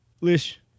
Lish